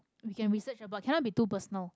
we can research about cannot be too personal